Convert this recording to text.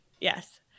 yes